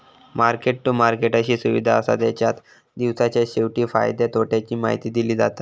market to market अशी सुविधा असा जेच्यात दिवसाच्या शेवटी फायद्या तोट्याची माहिती दिली जाता